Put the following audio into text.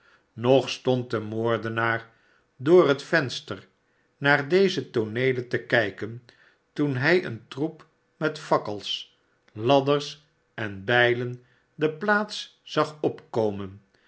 nog stond de moordenaar door het venster naar deze tooneelen te kijken toen hij een troep met fakkels ladders en bijlen de plaats zag opkomen